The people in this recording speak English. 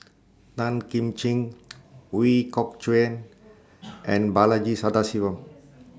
Tan Kim Ching Ooi Kok Chuen and Balaji Sadasivan